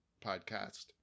podcast